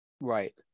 Right